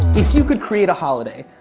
if you could create a holiday,